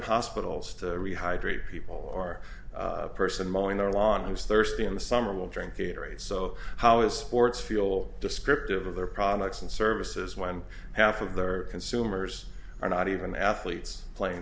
hospitals to rehydrate people or person mowing their lawns thirsty in the summer will drink gatorade so how is sports fuel descriptive of their products and services when half of the consumers are not even athletes playing